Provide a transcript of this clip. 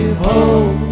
hope